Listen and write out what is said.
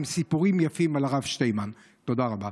תודה רבה.